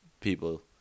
people